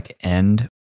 end